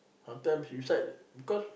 sometimes inside because